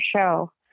show